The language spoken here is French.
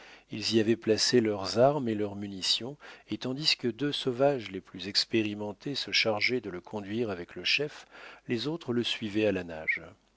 ils y avaient placé leurs armes et leurs munitions et tandis que deux sauvages les plus expérimentés se chargeaient de le conduire avec le chef les autres le suivaient à la nage